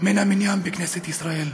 מן המניין בכנסת ישראל.